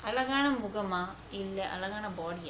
அழகான முகமா இல்ல அழகான:azhagana mugamaa illa azhagana body ah